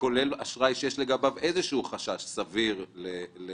כולל אשראי שיש לגביו איזה שהוא חשש סביר לכשל,